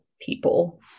people